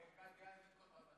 וגדי איזנקוט הרמטכ"ל.